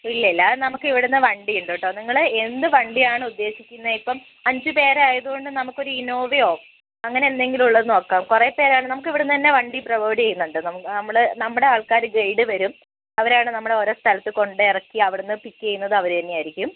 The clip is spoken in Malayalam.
ഇല്ലില്ല അത് നമുക്കിവിടുന്നു വണ്ടിയുണ്ട് കേട്ടോ നിങ്ങൾ എന്തുവണ്ടിയാണുദ്ദേശിക്കുന്നത് ഇപ്പം അഞ്ചു പേരായതുകൊണ്ട് നമുക്കൊരു ഇന്നോവയോ അങ്ങനെന്തെങ്കിലും ഉള്ളതുനോക്കാം കുറേപ്പേരാണേ നമുക്കിവിടുന്നുതന്നെ വണ്ടി പ്രൊവൈഡ് ചെയ്യുന്നുണ്ട് നമ്മൾ നമ്മുടെ ആൾക്കാർ ഗൈഡ് വരും അവരാണ് നമ്മളെ ഓരോ സ്ഥലത്തു കൊണ്ടിറക്കി അവിടുന്ന് പിക്ക് ചെയ്യുന്നതും അവർ തന്നെയായിരിക്കും